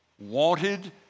wanted